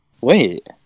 Wait